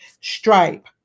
Stripe